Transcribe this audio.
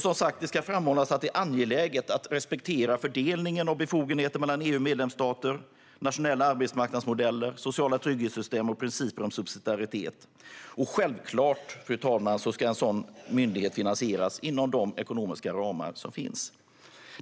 Som sagt, det ska framhållas att det är angeläget att respektera fördelningen av befogenheter mellan EU och medlemsstaterna, nationella arbetsmarknadsmodeller och sociala trygghetssystem och principerna om subsidiaritet och proportionalitet. Självklart ska en sådan myndighet finansieras inom de ekonomiska ramar som finns.